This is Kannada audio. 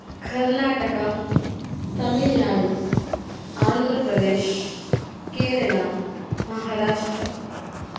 ಕರ್ನಾಟಕ ತಮಿಳ್ ನಾಡು ಆಂಧ್ರ ಪ್ರದೇಶ್ ಕೇರಳ ಮಹಾರಾಷ್ಟ್ರ